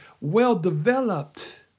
well-developed